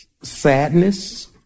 Sadness